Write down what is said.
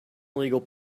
illegal